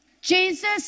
Jesus